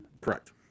Correct